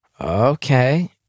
Okay